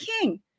king